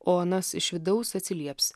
o anas iš vidaus atsilieps